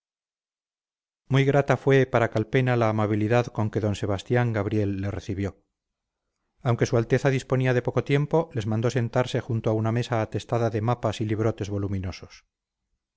muy grata fue para calpena la amabilidad con que don sebastián gabriel le recibió aunque su alteza disponía de poco tiempo les mandó sentarse junto a una mesa atestada de mapas y librotes voluminosos